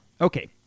Okay